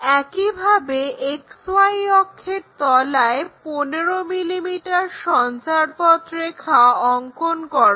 একইভাবে XY অক্ষের তলায় 15 mm সঞ্চারপথ রেখা অঙ্কন করো